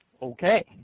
Okay